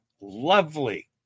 Lovely